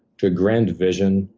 to a grand vision,